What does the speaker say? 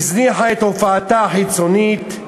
היא הזניחה את הופעתה החיצונית,